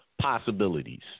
possibilities